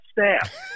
staff